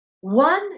one